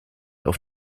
auf